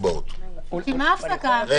אני מבין שהנושא הזה,